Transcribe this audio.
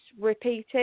repeated